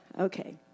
Okay